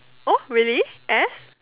oh really ass